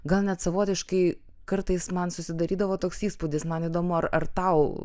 gal net savotiškai kartais man susidarydavo toks įspūdis man įdomu ar ar tau